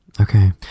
okay